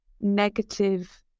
negative